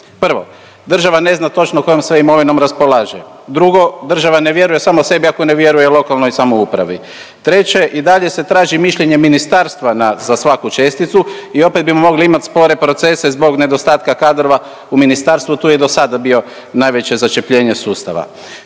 Prvo, država ne zna točno kojom sve imovinom raspolaže. Drugo, država ne vjeruje sama sebi ako ne vjeruje lokalnoj samoupravi. Treće, i dalje se traži mišljenje ministarstva za svaku česticu i opet bi mogli imat spore procese zbog nedostatka kadrova u ministarstvu, tu je i dosada bilo najveće začepljenje sustava.